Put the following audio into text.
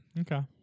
Okay